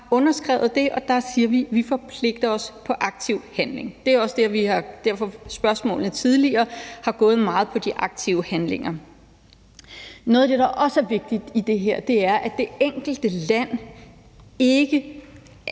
underskrevet, og der siger vi, at vi forpligter os på aktiv handling. Der er også derfor, at spørgsmålene tidligere har gået meget på de aktive handlinger. Noget af det, der også er vigtigt i det her, er, at det enkelte land ikke